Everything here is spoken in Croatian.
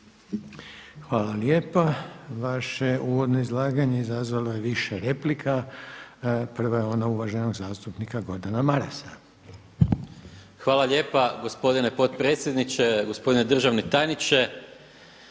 Hvala. Vaše uvodno izlaganje izazvalo je više replika. Prva je ona uvaženog zastupnika Gordana Marasa. **Maras, Gordan (SDP)** Hvala lijepa. Gospodine potpredsjedniče, gospodine državni tajniče.